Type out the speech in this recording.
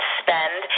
spend